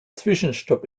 zwischenstopp